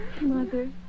Mother